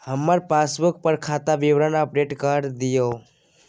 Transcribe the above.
हमर पासबुक पर खाता विवरण अपडेट कर दियो